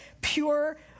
pure